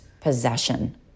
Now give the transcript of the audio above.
possession